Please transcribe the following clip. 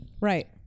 Right